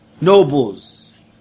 Nobles